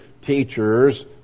teachers